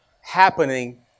happening